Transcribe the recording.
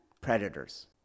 predators